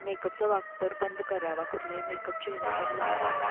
मेकअपचा वापर बंद करावा कुठल्याही मेकअप चेहऱ्यावर लावू नये